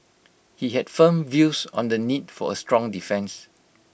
he had firm views on the need for A strong defence